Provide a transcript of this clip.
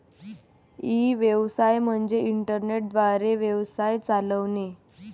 E व्यवसाय म्हणजे internet द्वारे व्यवसाय चालवणे